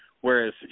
whereas